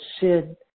Sid